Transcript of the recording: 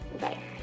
Bye